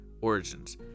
Origins